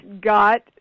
got